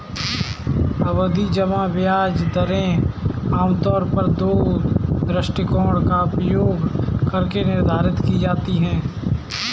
सावधि जमा ब्याज दरें आमतौर पर दो दृष्टिकोणों का उपयोग करके निर्धारित की जाती है